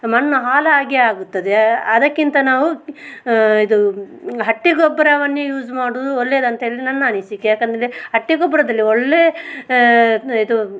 ಮಣ್ಣು ಹಾಳಾಗೇ ಆಗುತ್ತದೆ ಅದಕ್ಕಿಂತ ನಾವು ಇದು ಹಟ್ಟಿ ಗೊಬ್ಬರವನ್ನೇ ಯೂಸ್ ಮಾಡುವುದು ಒಳ್ಳೇದಂತ್ಹೇಳಿ ನನ್ನ ಅನಿಸಿಕೆ ಯಾಕಂದರೆ ಹಟ್ಟಿ ಗೊಬ್ಬರದಲ್ಲಿ ಒಳ್ಳೇ ಇದು